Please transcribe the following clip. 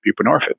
buprenorphine